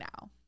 now